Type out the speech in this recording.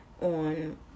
on